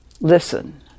listen